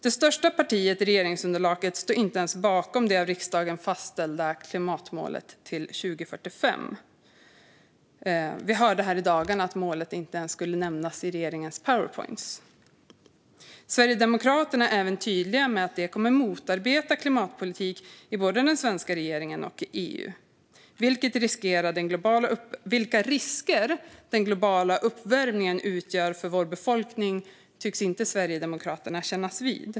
Det största partiet i regeringsunderlaget står inte ens bakom det av riksdagen fastställda klimatmålet till 2045. Vi hörde här i dagarna att målet inte ens skulle nämnas i regeringens Powerpoints. Sverigedemokraterna är även tydliga med att de kommer motarbeta klimatpolitik i både den svenska regeringen och EU. Vilka risker den globala uppvärmningen utgör för vår befolkning tycks inte Sverigedemokraterna kännas vid.